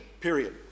period